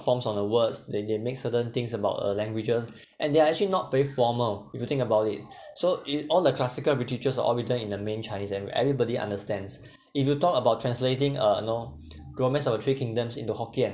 forms on the words they they make certain things about uh languages and they are actually not very formal if you think about it so in all the classical literatures are all written in the main chinese and everybody understands if you talk about translating uh know romance of the three kingdoms into hokkien